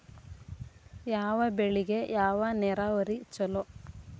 ಯಾವ ಬೆಳಿಗೆ ಯಾವ ನೇರಾವರಿ ಛಲೋ?